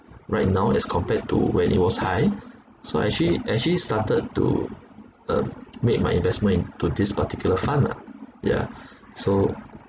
right now as compared to when it was high so I actually actually started to uh make my investment into this particular fund lah yeah so